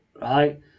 Right